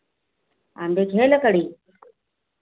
आंबे की है लकड़ी